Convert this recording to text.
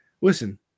Listen